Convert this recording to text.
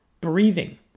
breathing